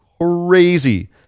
crazy